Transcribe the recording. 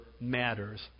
matters